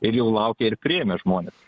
ir jau laukė ir priėmė žmonės